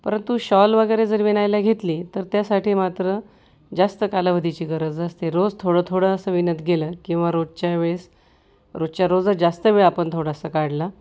परंतु शॉल वगैरे जर विणायला घेतली तर त्यासाठी मात्र जास्त कालावधीची गरज असते रोज थोडं थोडं असं विणत गेलं किंवा रोजच्या वेळेस रोजच्या रोजच जास्त वेळ आपण थोडासा काढला